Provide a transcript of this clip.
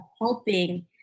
helping